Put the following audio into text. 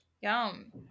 Yum